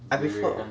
I prefer